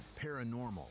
paranormal